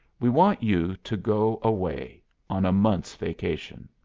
we want you to go away on a month's vacation.